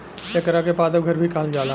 एकरा के पादप घर भी कहल जाला